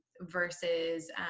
versus